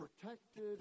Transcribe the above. protected